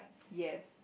yes